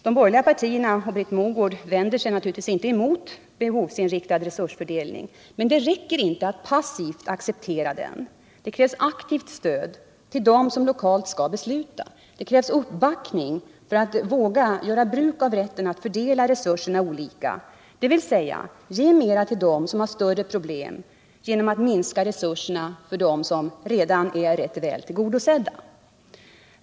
De borgerliga partierna och Britt Mogårds svar vänder sig inte mot den behovsinriktade resursfördelningen. Men det räcker inte att passivt acceptera — Nr 142 den. Det krävs aktivt stöd till dem som lokalt skall besluta. Det krävs Tisdagen den uppbackning för att våga göra bruk av rätten att fördela resurserna olika, dvs. 16 maj 1978 ge mer till dem som har större problem genom att minska resurserna för dem som redan är rätt väl tillgodosedda.